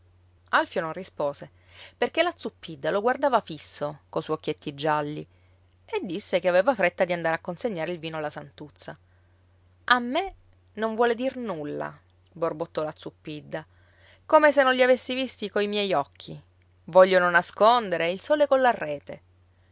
alfio non rispose perché la zuppidda lo guardava fisso co suoi occhietti gialli e disse che aveva fretta di andare a consegnare il vino alla santuzza a me non vuole dir nulla borbottò la zuppidda come se non li avessi visti co miei occhi vogliono nascondere il sole colla rete